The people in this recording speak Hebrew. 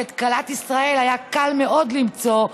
כי את כלת ישראל היה קל מאוד למצוא,